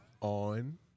On